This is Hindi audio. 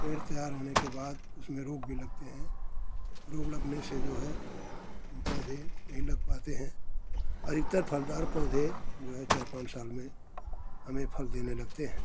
पेड़ तैयार होने के बाद उसमें रोग भी लगते हैं रोग लगने से जो है पौधे नहीं लग पाते हैं अधिकतर फलदार पौधे जो हैं चार पाँच साल में हमें फल देने लगते हैं